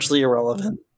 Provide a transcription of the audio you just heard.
irrelevant